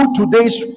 today's